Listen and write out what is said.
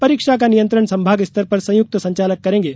परीक्षा का नियंत्रण संभाग स्तर पर संयुक्त संचालक करेंगे